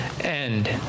end